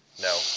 No